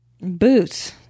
Boots